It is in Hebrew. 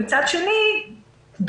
מצד שני,